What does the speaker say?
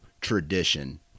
tradition